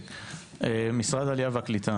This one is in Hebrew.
משרד העלייה והקליטה